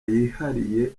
yihariye